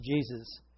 Jesus